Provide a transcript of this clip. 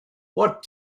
what